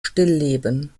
stillleben